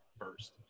first